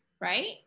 right